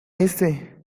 ése